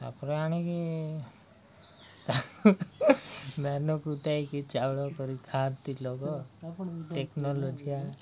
ତାପରେ ଆଣିକି ଧାନ କୁଟାଇକି ଚାଉଳ କରି ଖାଆନ୍ତି ଲୋକ ଟେକ୍ନୋଲୋଜିଆ